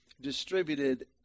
distributed